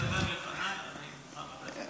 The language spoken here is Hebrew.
אם השר רוצה לדבר לפניי אני מוכן לתת לו.